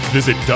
Visit